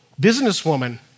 businesswoman